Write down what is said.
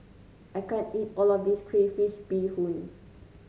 I can't eat all of this Crayfish Beehoon